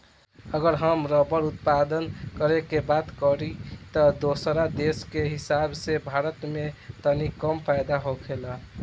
अगर हम रबड़ उत्पादन करे के बात करी त दोसरा देश के हिसाब से भारत में तनी कम पैदा होखेला